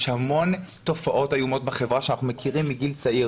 יש המון תופעות איומות בחברה שאנחנו מכירים מגיל צעיר.